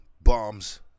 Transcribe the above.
bombs